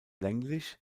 länglich